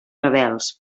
rebels